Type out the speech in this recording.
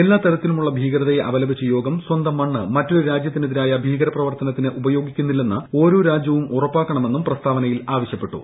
എല്ലാ തരത്തിലുമുള്ള ഭീകരതയെ അപലപിച്ച യോഗം സ്വന്തം മണ്ണ് മറ്റൊരു രാജ്യത്തിനെതിരായ ഭീകരപ്രവർത്തനത്തിന് ഉപയോഗിക്കുന്നില്ലെന്ന് ഓരോ രാജ്യവും ഉറപ്പാക്കണമെന്നും പ്രസ്താവനയിൽ ആവശ്യപ്പെട്ടു